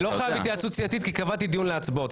אני לא חייב התייעצות סיעתית כי קבעתי דיון להצבעות,